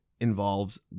involves